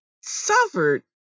suffered